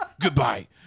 Goodbye